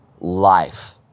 life